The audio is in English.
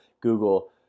Google